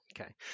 okay